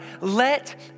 let